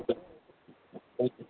thank you